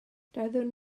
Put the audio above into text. doeddwn